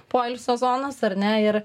poilsio zonos ar ne ir